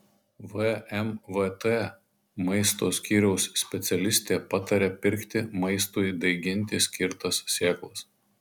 vmvt maisto skyriaus specialistė pataria pirkti maistui daiginti skirtas sėklas